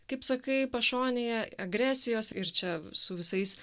kaip sakai pašonėje agresijos ir čia su visais